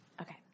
Okay